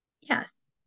Yes